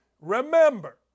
Remember